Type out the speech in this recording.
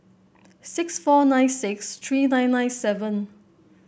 six four nine six three nine nine seven